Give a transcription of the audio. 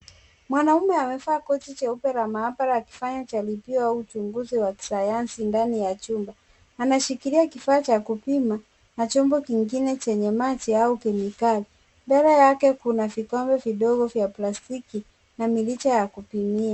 Mwanamume mmoja amevalia koti la mahabara akifanya jaribio au uchunguzi wa kisayansi ndani ya chumba. Anashikilia kifaa cha kupima na chombo kingine chenye maji au kemikali mbele yake kuña vikombe vidogo vya plastiki na mirija ya kupimia.